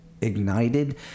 ignited